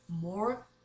more